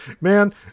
man